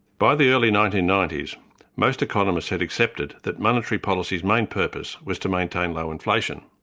by the early nineteen ninety s most economists had accepted that monetary policy's main purpose was to maintain low inflation.